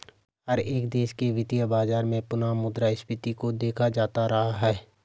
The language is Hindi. हर एक देश के वित्तीय बाजार में पुनः मुद्रा स्फीती को देखा जाता रहा है